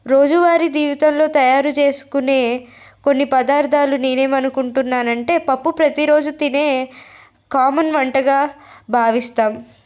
రోజువారి దీవితంలో తయారు చేేసుకునే కొన్ని పదార్థాలు నేనేమనుకుంటున్నానంటే పప్పు ప్రతిరోజు తినే కామన్ వంటగా భావిస్తాం